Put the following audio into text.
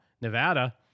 Nevada